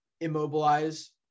immobilize